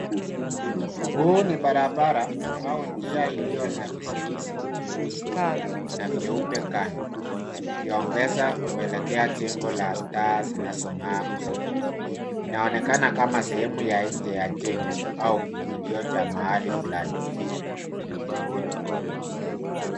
Huu ni barabara au njia iliyo na vizuizi vyeusi na vyeupe kando ikongeza kuelekea jengo la taa zinazo ngaa usiku, inaonekana kama sehemu ya nje ya jengo au kiingilio cha mahali fulani/